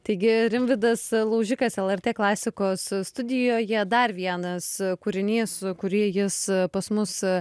taigi rimvydas laužikas lrt klasikos studijoje dar vienas kūrinys kurį jis pas mus